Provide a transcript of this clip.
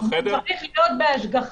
הוא צריך להיות בהשגחה,